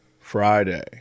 Friday